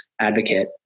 advocate